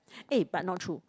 eh but not true